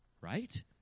right